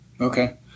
okay